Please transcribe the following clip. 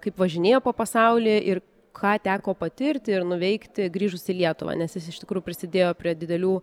kaip važinėjo po pasaulį ir ką teko patirti ir nuveikti grįžus į lietuvą nes jis iš tikrųjų prisidėjo prie didelių